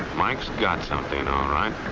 mike's got something, all right.